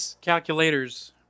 calculators